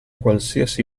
qualsiasi